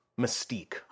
Mystique